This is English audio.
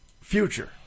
Future